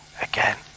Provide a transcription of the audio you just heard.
again